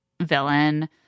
villain